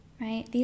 Right